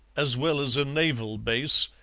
as well as a naval base,